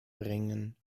bringen